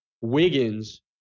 Wiggins